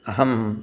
अहं